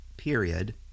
period